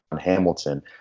Hamilton